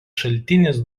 šaltinis